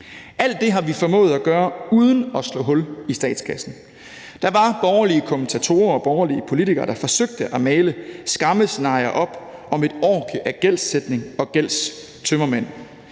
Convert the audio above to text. Alt det har vi formået at gøre uden at slå hul i statskassen. Der var borgerlige kommentatorer og borgerlige politikere, der forsøgte at male skræmmescenarier om orgie af gældssætning og gældstømmermænd,